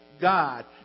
God